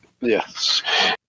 Yes